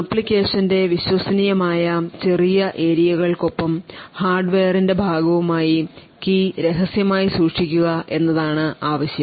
ആപ്ലിക്കേഷന്റെ വിശ്വസനീയമായ ചെറിയ ഏരിയകൾക്കൊപ്പം ഹാർഡ്വെയറിന്റെ ഭാഗവുമായി കീ രഹസ്യമായി സൂക്ഷിക്കുക എന്നതാണ് ആവശ്യം